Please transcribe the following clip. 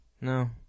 No